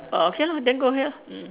orh okay lor then go ahead lah mm